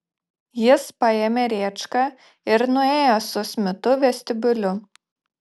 jis paėmė rėčką ir nuėjo su smitu vestibiuliu